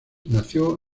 nació